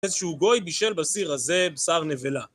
איזשהו גוי בישל בסיר הזה בשר נבלה.